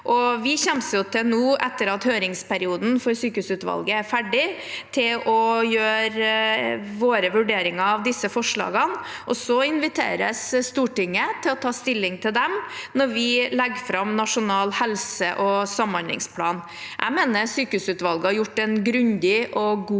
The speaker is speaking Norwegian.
Vi kommer nå, etter at høringsperioden for sykehusutvalgets rapport er ferdig, til å gjøre våre vurderinger av disse forslagene. Så inviteres Stortinget til å ta stilling til dem når vi legger fram en nasjonal helse- og samhandlingsplan. Jeg mener sykehusutvalget har gjort en grundig og god